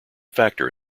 factor